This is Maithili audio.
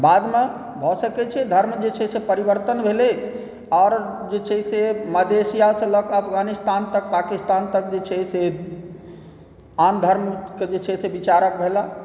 बादमे भऽ सकै छै धर्म जे छै से परिवर्तन भेलै आओर जे छै से मध्य एशियासँ लऽ कऽ अफगानिस्तान तक पाकिस्तान तक जे छै से आन धर्मके जे छै से विचारक भेलाह